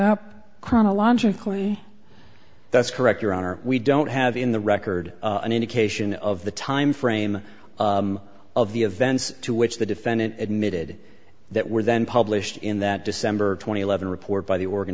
up chronologically that's correct your honor we don't have in the record an indication of the time frame of the events to which the defendant admitted that were then published in that december two thousand and eleven report by the organ